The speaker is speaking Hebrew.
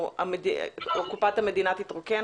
קופת המדינה תתרוקן?